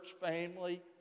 family